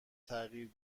تغییر